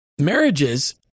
marriages